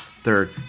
Third